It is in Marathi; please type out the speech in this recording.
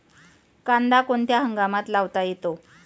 कांदा कोणत्या हंगामात लावता येतो?